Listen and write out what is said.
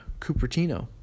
cupertino